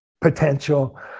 potential